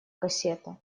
кассета